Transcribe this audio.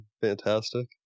fantastic